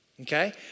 okay